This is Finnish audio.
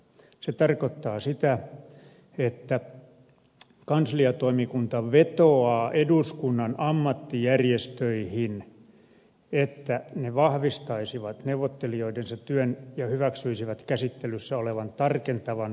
se tarkoittaa sitä että kansliatoimikunta vetoaa eduskunnan ammattijärjestöihin että ne vahvistaisivat neuvottelijoidensa työn ja hyväksyisivät käsittelyssä olevan tarkentavan virkaehtosopimuksen